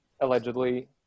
Allegedly